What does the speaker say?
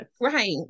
right